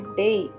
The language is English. day